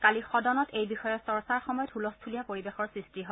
কালি সদনত এই বিষয়ে চৰ্চাৰ সময়ত হুলস্থূলীয়া পৰিৱেশৰ সৃষ্টি হয়